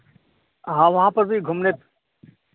हाँ वहाँ पर भी घूमने